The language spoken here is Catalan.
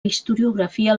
historiografia